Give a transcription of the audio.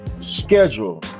schedule